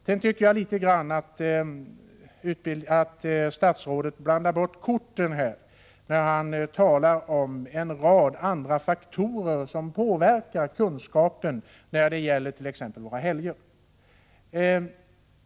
Sedan vill jag säga att jag tycker att statsrådet i någon mån blandar bort korten när han talar om en rad andra faktorer som påverkar kunskapen om t.ex. våra helger.